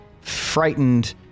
frightened